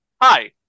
Hi